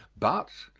but,